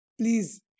please